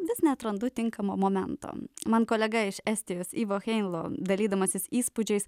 vis neatrandu tinkamo momento man kolega iš estijos ivo heinlo dalydamasis įspūdžiais